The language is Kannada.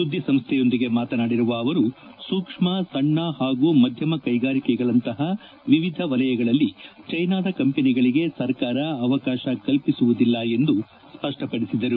ಸುದ್ದಿ ಸಂಸ್ಥೆಯೊಂದಿಗೆ ಮಾತನಾಡಿರುವ ಅವರು ಸೂಕ್ಷ್ಮ ಸಣ್ಣ ಹಾಗೂ ಮಧ್ಯಮ ಕೈಗಾರಿಕೆಗಳಂತಹ ವಿವಿಧ ವಲಯಗಳಲ್ಲಿ ಚೈನಾದ ಕಂಪನಿಗಳಿಗೆ ಸರ್ಕಾರ ಅವಕಾಶ ಕಲ್ಲಿಸುವುದಿಲ್ಲ ಎಂದು ಸಪ್ಪಪಡಿಸಿದರು